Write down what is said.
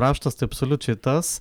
raštas tai absoliučiai tas